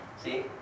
See